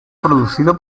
producido